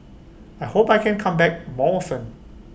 I hope that I can come back more often